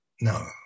No